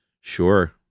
Sure